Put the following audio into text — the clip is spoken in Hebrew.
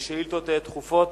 שאילתות דחופות.